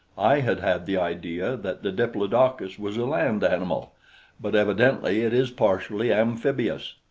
i had had the idea that the diplodocus was a land-animal, but evidently it is partially amphibious.